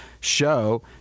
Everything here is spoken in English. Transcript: show